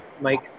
Mike